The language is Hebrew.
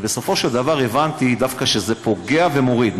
ובסופו של דבר הבנתי שזה דווקא פוגע ומוריד.